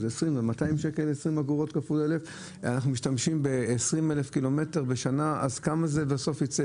אנחנו נוסעים 20,000 קילומטר בשנה אז כמה זה בסוף יצא?